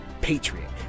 Patriot